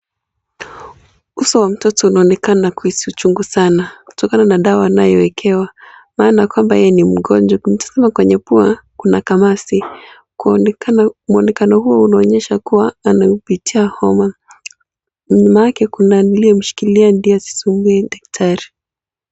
Uso wa mtoto unaonekana kuhisi uchungu sana, kutokana na dawa anayoekewa maana kwamba yeye ni mgonjwa, mtoto kwenye pua kuna kamasi, mwonekano huu unaonyesha kuwa anaupitia homa. mama yake amemshikilia ndiye asisumbue daktari.